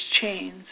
chains